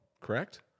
Correct